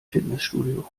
fitnessstudio